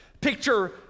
Picture